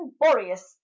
Boreas